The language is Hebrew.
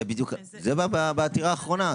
בעתירה האחרונה.